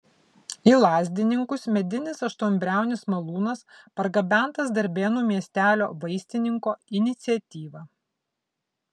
į lazdininkus medinis aštuonbriaunis malūnas pargabentas darbėnų miestelio vaistininko iniciatyva